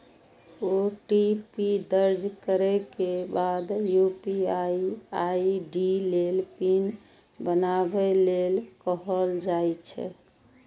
OTP दर्ज करै के बाद यू.पी.आई आई.डी लेल पिन बनाबै लेल कहल जाइ छै